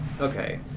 okay